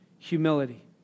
Humility